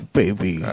baby